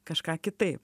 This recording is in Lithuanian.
kažką kitaip